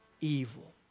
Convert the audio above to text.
evil